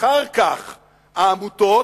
אחר כך העמותות,